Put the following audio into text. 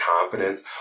confidence